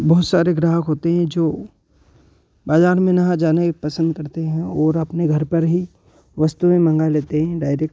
बहुत सारे ग्राहक होते हैं जो बाज़ार में ना जाना ही पसंद करते हैं और अपने घर पर ही वस्तुएँ मंगा लेते हैं डायरेक्ट